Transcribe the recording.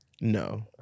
No